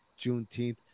Juneteenth